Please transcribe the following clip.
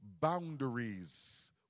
boundaries